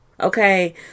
Okay